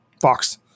Fox